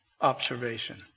observation